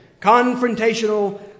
Confrontational